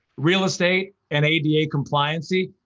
real estate, and ada compliancy.